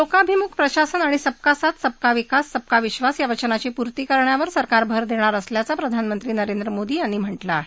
लोकाभिमुख प्रशासन आणि सबका साथ सबका विकास सबका विश्वास या वाचनाची पूर्ती करण्यावर सरकार भर देणार असल्याचं प्रधानमंत्री नरेंद्र मोदी यांनी म्हाकें आहे